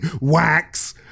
wax